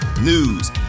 news